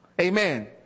Amen